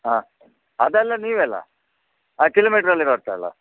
ಹಾಂ ಅದೆಲ್ಲ ನೀವೇ ಅಲ್ಲ ಅ ಕಿಲೋಮೀಟ್ರ್ ಅಲ್ಲಿ ಬರತ್ತೆ ಅಲ್ಲ